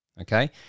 okay